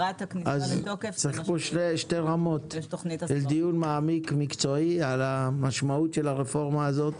צריך שתי רמות: דיון מקצועי מעמיק על המשמעות של הרפורמה הזאת,